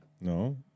No